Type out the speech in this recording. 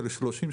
של 30,